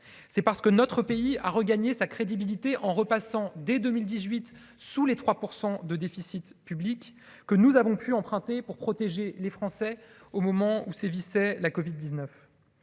c'est parce que notre pays a regagné sa crédibilité en repassant dès 2018 sous les 3 % de déficit public que nous avons pu emprunter pour protéger les Français au moment où sévissait la Covid 19,